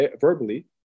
verbally